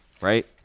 right